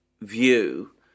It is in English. view